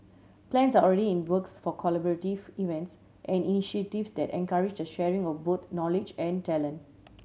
plans are already in works for collaborative events and initiatives that encourage the sharing of both knowledge and talent